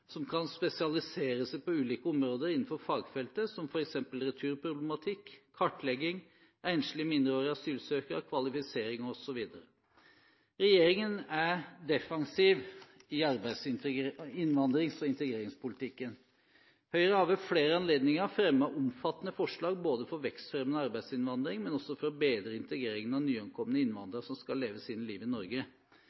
som kan spesialisere seg på ulike områder innenfor fagfeltet, som f.eks. returproblematikk, kartlegging, enslige, mindreårige asylsøkere, kvalifisering osv. Regjeringen er defensiv i arbeidsinnvandrings- og integreringspolitikken. Høyre har ved flere anledninger fremmet omfattende forslag både for vekstfremmende arbeidsinnvandring og for å bedre integreringen av nyankomne